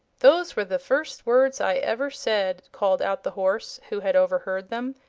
those were the first words i ever said, called out the horse, who had overheard them,